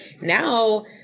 now